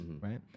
right